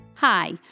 Hi